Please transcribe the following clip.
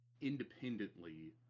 independently